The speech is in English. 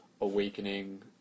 Awakening